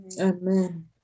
Amen